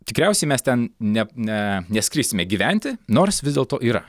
tikriausiai mes ten ne ne neskrisime gyventi nors vis dėlto yra